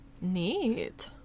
Neat